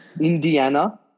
Indiana